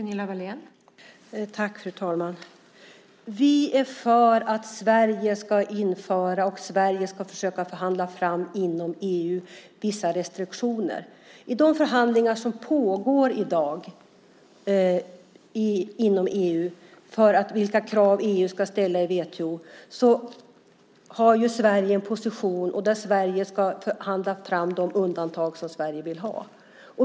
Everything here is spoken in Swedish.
Fru talman! Vi är för att Sverige ska införa och försöka förhandla fram vissa restriktioner inom EU. I de förhandlingar som pågår i dag inom EU när det gäller vilka krav EU ska ställa i WTO har ju Sverige en position. Och Sverige ska förhandla fram de undantag som Sverige vill ha.